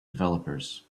developers